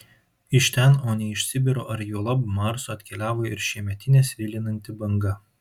iš ten o ne iš sibiro ar juolab marso atkeliavo ir šiemetinė svilinanti banga